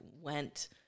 went